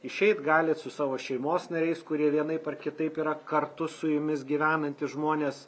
išeit galit su savo šeimos nariais kurie vienaip ar kitaip yra kartu su jumis gyvenantys žmonės